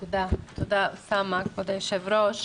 תודה, תודה, אוסאמה, כבוד היושב ראש.